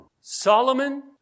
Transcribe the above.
Solomon